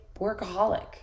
workaholic